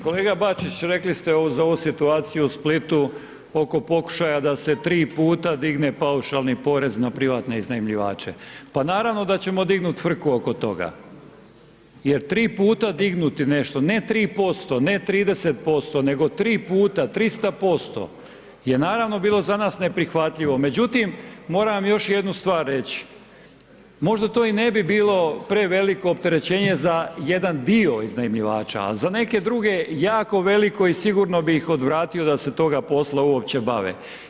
Kolega Bačić rekli ste za ovu situaciju u Splitu oko pokušaja da se tri puta digne paušalni porez na privatne iznajmljivače, pa naravno da ćemo dignut' frku oko toga, jer tri puta dignuti nešto, ne 3%, ne 30%, nego tri puta, 300%, je naravno bilo za nas neprihvatljivo, međutim moram još jednu stvar reći, možda to i ne bi bilo preveliko opterećenje za jedan dio iznajmljivača, a za neke druge jako veliko i sigurno bi ih odvratio da se toga posla uopće bave.